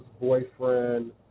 boyfriend